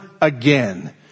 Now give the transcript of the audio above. again